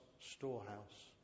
storehouse